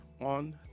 on